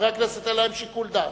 ולחברי הכנסת אין שיקול דעת.